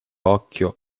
occhio